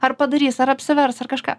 ar padarys ar apsivers ar kažką